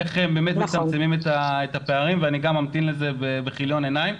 איך מצמצמים את הפערים ואני גם ממתין לזה בכליון עיניים,